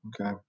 okay